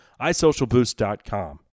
isocialboost.com